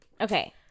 Okay